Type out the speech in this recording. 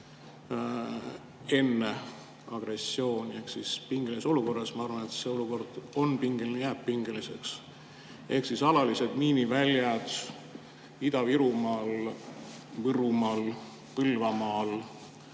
enne agressiooni ehk pingelises olukorras. Ma arvan, et see olukord on pingeline ja jääb pingeliseks. Ehk siis alalised miiniväljad Ida-Virumaal, Võrumaal, Põlvamaal